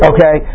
Okay